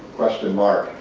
question mark.